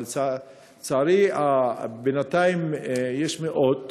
אבל, לצערי, בינתיים יש מאות